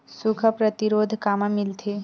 सुखा प्रतिरोध कामा मिलथे?